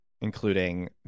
including